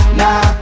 nah